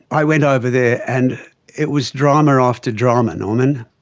i went over there and it was drama after drama, norman.